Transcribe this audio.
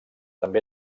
també